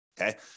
okay